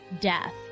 death